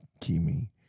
Kimi